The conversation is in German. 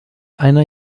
einer